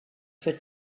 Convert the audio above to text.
for